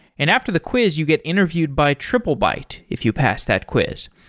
and after the quiz you get interviewed by triplebyte if you pass that quiz.